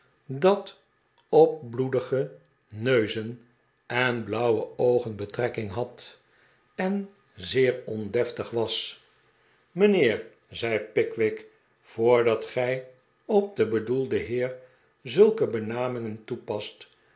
dat op bloedige neuzen en blauwe oogen betrekking had en zeer ondeftig was mijnheer zei pickwick voordat gij op den bedoelden heer zulke benamingen toepast